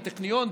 בטכניון,